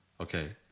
Okay